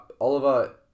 Oliver